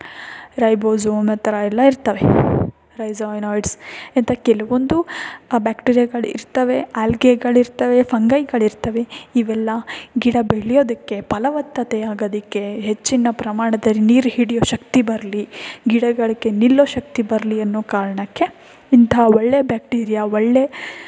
ribosome ಆ ಥರ ಎಲ್ಲ ಇರ್ತವೆ ರೈಸೊಯ್ನಾಡ್ಸ್ ಇಂಥ ಕೆಲವೊಂದು ಬ್ಯಾಕ್ಟೀರ್ಯಾಗಳು ಇರ್ತವೆ ಆಲ್ಗೆಗಳಿರ್ತವೆ ಫಂಗೈಗಳಿರ್ತವೆ ಇವೆಲ್ಲ ಗಿಡ ಬೆಳ್ಯೋದಕ್ಕೆ ಫಲವತ್ತತೆ ಆಗೋದಕ್ಕೆ ಹೆಚ್ಚಿನ ಪ್ರಮಾಣದಲ್ಲಿ ನೀರು ಹಿಡಿಯೋ ಶಕ್ತಿ ಬರಲಿ ಗಿಡಗಳ್ಗೆ ನಿಲ್ಲೋ ಶಕ್ತಿ ಬರಲಿ ಅನ್ನೋ ಕಾರಣಕ್ಕೆ ಇಂಥ ಒಳ್ಳೆಯ ಬ್ಯಾಕ್ಟೀರ್ಯಾ ಒಳ್ಳೆಯ